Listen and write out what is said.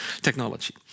technology